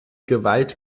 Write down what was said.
gewalt